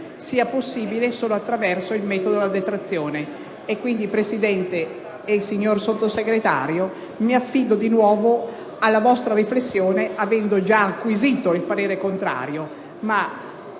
è possibile solo attraverso il meccanismo della detrazione. Signor Presidente, signor Sottosegretario, mi affido di nuovo alla vostra riflessione, avendo già acquisito un parere contrario,